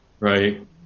Right